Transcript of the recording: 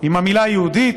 עם המילה "יהודית"?